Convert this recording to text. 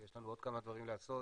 יש לנו עוד כמה דברים לעשות